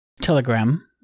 Telegram